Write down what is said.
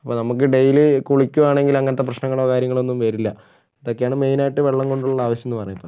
അപ്പോൾ നമുക്ക് ഡെയിലി കുളിക്കുകയാണെങ്കിൽ അങ്ങനത്തെ പ്രശ്നങ്ങളോ കാര്യങ്ങളൊന്നും വരില്ല അതൊക്കെയാണ് മെയിനായിട്ട് വെള്ളം കൊണ്ടുള്ള ആവശ്യം എന്ന് പറയുന്നത്